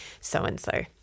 so-and-so